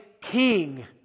king